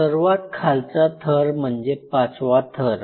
सर्वात खालचा थर म्हणजे पाचवा थर